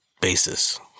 Basis